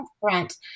front